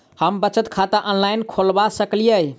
हम बचत खाता ऑनलाइन खोलबा सकलिये?